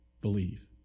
believe